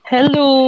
Hello